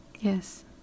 Yes